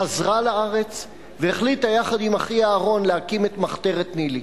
חזרה לארץ והחליטה יחד עם אחיה אהרן להקים את מחתרת ניל"י.